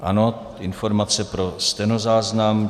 Ano, informace pro stenozáznam.